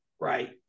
right